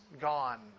gone